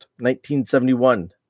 1971